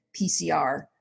PCR